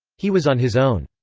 he was on his own.